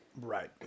Right